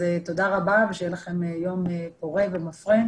אז תודה רבה ושיהיה לכם יום פורה ומפרה,